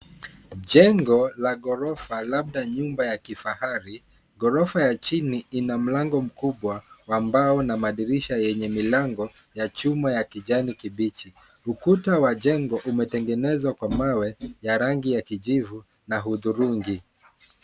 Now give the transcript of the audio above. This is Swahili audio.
Jengo la ghorofa labda nyumba ya kifahari. Ghorofa ya chini ina mlango mkubwa wa mbao na madirisha yenye mlango ya chuma ya kijani kibichi. Ukuta wa jengo umetengenezwa kwa mawe ya rangi ya kijivu na hudhurungi.